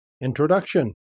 Introduction